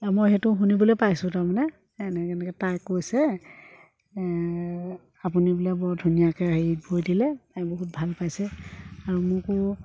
মই সেইটো শুনিবলৈ পাইছোঁ তাৰমানে এনেকৈ এনেকৈ তাই কৈছে আপুনি বোলে বৰ ধুনীয়াকৈ হেৰি বৈ দিলে তাই বহুত ভাল পাইছে আৰু মোকো